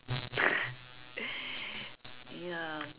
ya